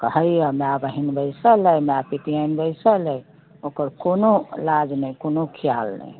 कहैया माय बहिन बैसल अइ माय पितियाइन बैसल अइ ओकर कोनो लाज नहि कोनो ख्याल नहि